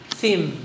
theme